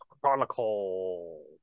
Chronicle